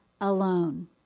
alone